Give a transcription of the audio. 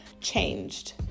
changed